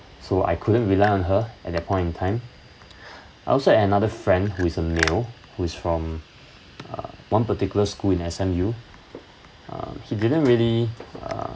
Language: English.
so I couldn't rely on her at that point in time also another friend who is a male who is from uh one particular school in S_M_U uh he didn't really uh